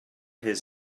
his